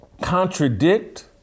contradict